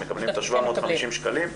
הם מקבלים 750 שקלים,